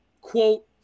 Quote